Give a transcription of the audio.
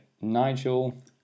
Nigel